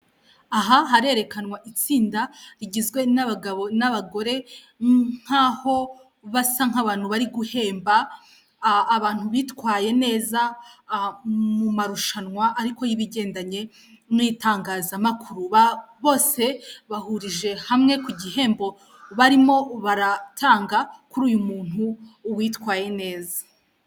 Aha harerekanwa itsinda rigizwe n'abagabo n'abagore nkaho basa nk'abantu bari guhemba abantu bitwaye neza mu marushanwa, ariko y'ibigendanye n'itangazamakuru bose bahurije hamwe ku gihembo barimo baratanga kuri uyu muntu witwaye neza.